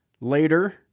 later